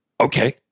okay